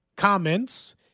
Comments